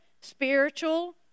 Spiritual